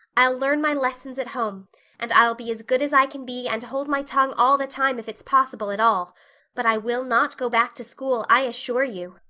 i'll learn my lessons at home and i'll be as good as i can be and hold my tongue all the time if it's possible at all but i will not go back to school, i assure you.